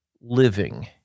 living